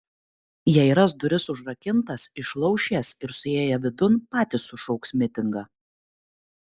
jei ras duris užrakintas išlauš jas ir suėję vidun patys sušauks mitingą